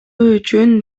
үчүн